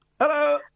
hello